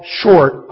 short